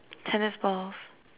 tennis balls